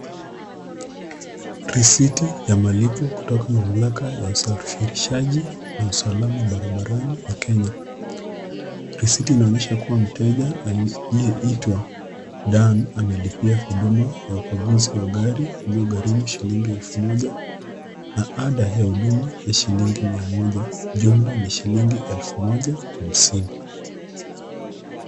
Risiti ya malipo kutoka mamlaka ya usafirishaji na usalama barabarani ya Kenya. Risiti inaonyesha kuwa mteja aliyeitwa Dan, amelipia huduma ya ukaguzi wa gari, iliyogharimu shilingi elfu moja na ada ya huduma ya shilingi mia moja. Jumla ni shilingi elfu moja hamsini.